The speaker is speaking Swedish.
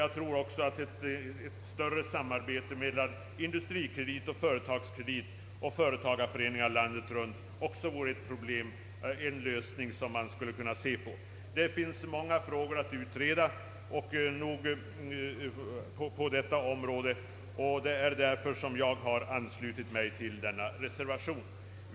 Jag tror också att ett vidgat samarbete mellan AB Industrikredit och AB Företagskredit och företagareföreningarna vore en lämplig lösning. Det finns många frågor att utreda på detta område, och det är därför som jag har anslutit mig till föreliggande reservation.